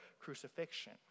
crucifixion